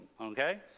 okay